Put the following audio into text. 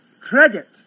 credit